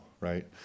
right